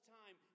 time